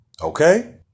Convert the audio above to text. Okay